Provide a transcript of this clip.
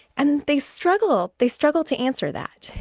and they struggle they struggle to answer that.